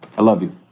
i love you.